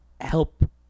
help